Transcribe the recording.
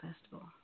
festival